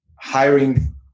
hiring